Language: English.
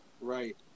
Right